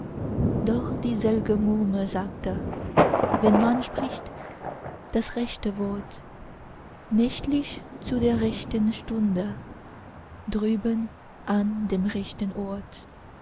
doch die selge muhme sagte wenn man spricht das rechte wort nächtlich zu der rechten stunde drüben an dem rechten ort